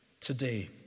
today